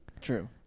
true